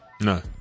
No